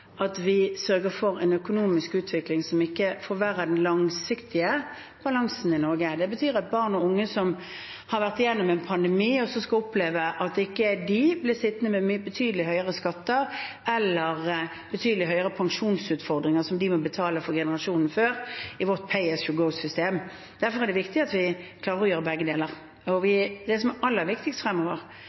for en økonomisk utvikling som ikke forverrer den langsiktige balansen i Norge. Det betyr at barn og unge som har vært gjennom en pandemi, ikke skal oppleve at de blir sittende med betydelig høyere skatter eller pensjonsutfordringer som de må betale for generasjonen før, vårt Pay-as-You-Go-system. Derfor er det viktig at vi klarer å gjøre begge deler. Det aller viktigste fremover, samtidig som vi tar vare på dem som